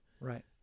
Right